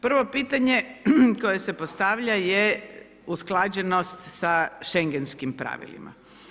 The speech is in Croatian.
Prvo pitanje koje se postavlja je usklađenost sa schengenskim pravilima.